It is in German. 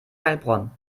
heilbronn